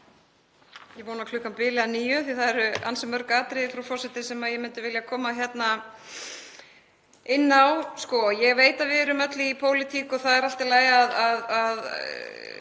Ég vona að klukkan bili að nýju því að það eru ansi mörg atriði sem ég myndi vilja koma hérna inn á. Ég veit að við erum öll í pólitík og það er allt í lagi að